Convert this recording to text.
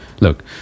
Look